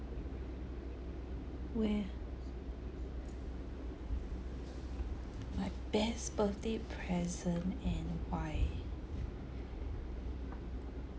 where my best birthday present and why